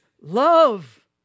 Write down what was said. love